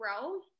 grow